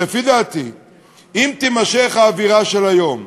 לפי דעתי, אם תימשך האווירה של היום,